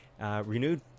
Renewed